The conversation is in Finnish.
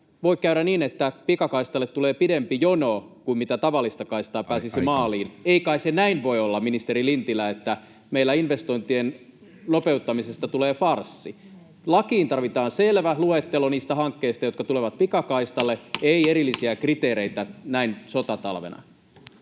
voi käydä niin, että pikakaistalle tulee pidempi jono kuin mitä tavallista kaistaa pääsisi maaliin? [Puhemies: Aika!] Ei kai se näin voi olla, ministeri Lintilä, että meillä investointien nopeuttamisesta tulee farssi? Lakiin tarvitaan selvä luettelo niistä hankkeista, jotka tulevat pikakaistalle, ei erillisiä kriteereitä näin sotatalvena.